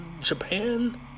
Japan